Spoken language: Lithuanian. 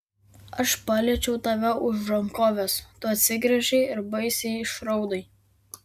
aš paliečiau tave už rankovės tu atsigręžei ir baisiai išraudai